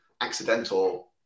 accidental